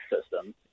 system